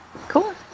Cool